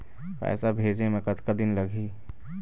पैसा भेजे मे कतका दिन लगही?